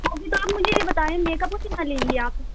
وہ بھی تو آپ مجھے یہ بتائیں میکپ کا کتنا لیں گی آپ